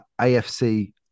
AFC